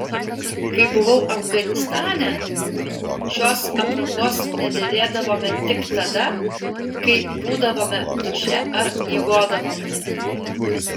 kai buvau afganistane šios aprangos nedėvėdavome tik tada kai būdavome duše ar miegodavome